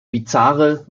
bizarre